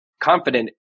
confident